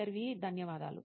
ఇంటర్వ్యూఈ ధన్యవాదాలు